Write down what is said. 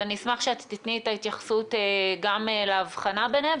אז אני אשמח שאת תיתני את ההתייחסות גם להבחנה ביניהם,